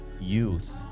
youth